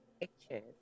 pictures